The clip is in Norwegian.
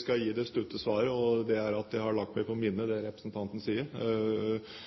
skal gi et kort svar, og det er at jeg har lagt meg på minnet det